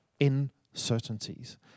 uncertainties